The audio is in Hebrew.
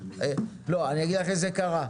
אני אגיד לך איך זה קרה,